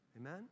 Amen